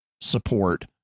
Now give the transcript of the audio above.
support